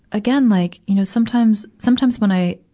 again, like you know sometimes, sometimes when i,